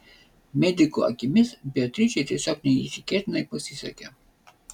medikų akimis beatričei tiesiog neįtikėtinai pasisekė